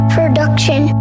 Production